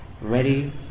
ready